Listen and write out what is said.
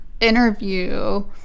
interview